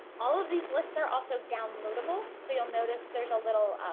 all of these lists are also downloadable so you'll notice there's a little